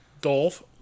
dolf